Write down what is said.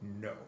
no